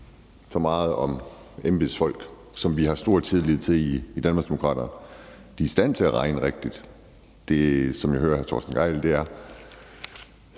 så meget, om embedsfolk, som vi har stor tillid til i Danmarksdemokraterne, er i stand til at regne rigtigt, som jeg hører hr.